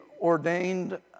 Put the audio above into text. ordained